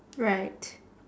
right